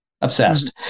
obsessed